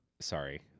sorry